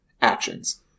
actions